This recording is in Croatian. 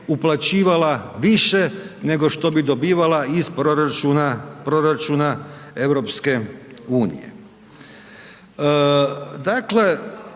uplaćivala više nego što bi dobivala iz proračuna EU-a. Dakle,